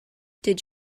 did